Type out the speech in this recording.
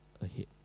ahead